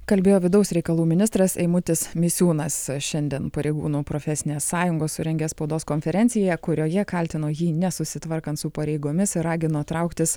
kalbėjo vidaus reikalų ministras eimutis misiūnas šiandien pareigūnų profesinės sąjungos surengė spaudos konferenciją kurioje kaltino jį nesusitvarkant su pareigomis ir ragino trauktis